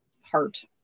heart